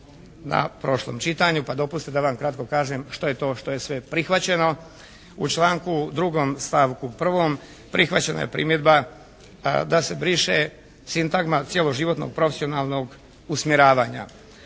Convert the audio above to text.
na prošlom čitanju pa dopustite da vam kratko kažem što je to što je sve prihvaćeno. U članku 2. stavku 1. prihvaćena je primjedba da se briše sintagma cjeloživotnog profesionalnog usmjeravanja.